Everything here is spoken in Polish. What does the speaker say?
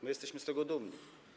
My jesteśmy z tego dumni.